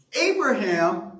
Abraham